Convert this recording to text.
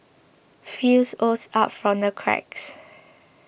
filth oozed out from the cracks